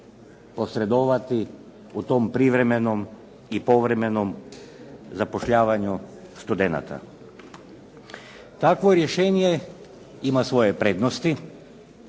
posredovati u tom privremenom i povremenom zapošljavanju studenata. Takvo rješenje ima svoje prednosti